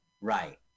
Right